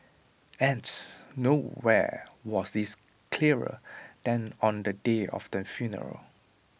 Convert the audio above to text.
and nowhere was this clearer than on the day of the funeral